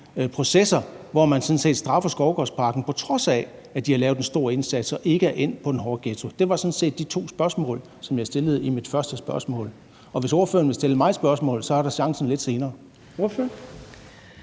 processer, hvor man sådan set straffer Skovgårdsparken, på trods af at de har lavet en stor indsats og ikke er endt på den hårde ghettoliste. Det var sådan set de to spørgsmål, som jeg stillede i min første korte bemærkning. Og hvis ordføreren vil stille mig spørgsmål, er der chance for det lidt senere.